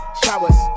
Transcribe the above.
showers